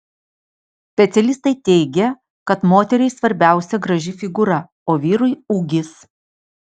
specialistai teigia kad moteriai svarbiausia graži figūra o vyrui ūgis